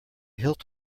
hilt